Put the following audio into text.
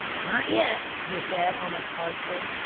not yet! he said almost harshly.